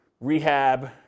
rehab